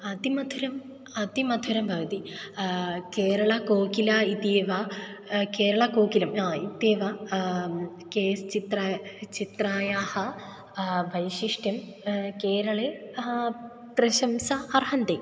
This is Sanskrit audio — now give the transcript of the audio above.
अतिमधुरः अतिमधुरः भवति केरळकोकिला इत्येव केरळाकोकिला आयि इत्येव के एस् चित्रायाः चित्रायाः वैशिष्ट्यं केरळे प्रशंसा अर्हन्ति